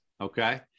okay